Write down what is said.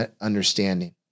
understanding